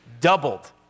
Doubled